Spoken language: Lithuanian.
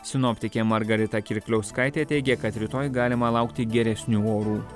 sinoptikė margarita kirkliauskaitė teigia kad rytoj galima laukti geresnių orų